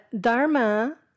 Dharma